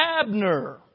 Abner